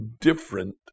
different